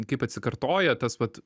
kaip atsikartoja tas vat